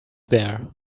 there